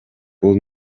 бул